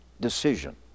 decision